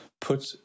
put